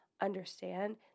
understand